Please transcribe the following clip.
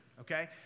okay